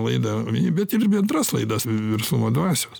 laidą bet ir bendras laidas verslumo dvasios